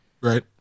Right